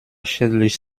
schädlich